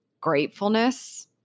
gratefulness